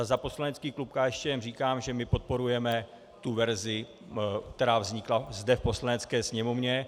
Za poslanecký klub KSČM říkám, že my podporujeme tu verzi, která vznikla zde v Poslanecké sněmovně.